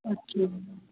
अच्छा